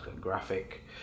graphic